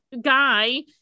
guy-